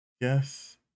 yes